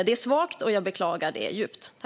Det är svagt, och jag beklagar det djupt.